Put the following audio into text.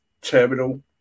terminal